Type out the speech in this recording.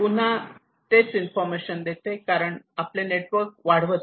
पुन्हा तेच इन्फॉर्मेशन देते कारण आपण आपले नेटवर्क वाढवत नाही